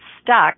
stuck